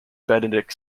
benedict